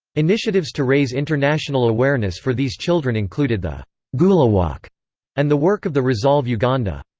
initiatives to raise international awareness for these children included the guluwalk and the work of the resolve uganda.